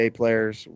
players